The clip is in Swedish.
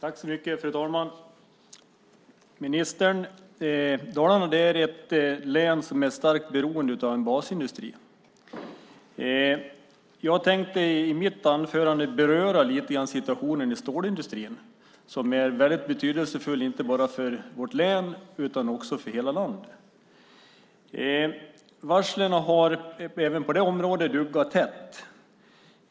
Fru talman! Dalarna är ett län som är starkt beroende av sin basindustri, ministern. Jag tänkte i mitt anförande lite grann beröra situationen i stålindustrin, som är väldigt betydelsefull inte bara för vårt län utan också för hela landet. Varslen har även på det området duggat tätt.